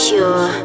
Pure